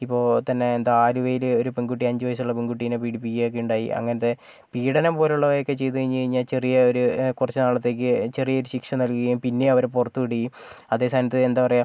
ഇപ്പോൾ തന്നെ എന്താണ് ആലുവയിൽ ഒരു പെൺകുട്ടി അഞ്ചുവയസ്സുള്ള പെൺകുട്ടിനെ പീഡിപ്പിക്കുക ഒക്കെ ഉണ്ടായി അങ്ങനെത്തെ പീഡനം പോലെ ഉള്ളവയൊക്കെ ചെയ്ത് കഴിഞ്ഞു കഴിഞ്ഞാൽ ചെറിയ ഒരു കുറച്ച് നാളത്തേക്ക് ചെറിയ ഒരു ശിക്ഷ നൽകുകയും പിന്നെ അവരെ പുറത്ത് വിടുകയും അതേ സ്ഥാനത്ത് എന്താണ് പറയുക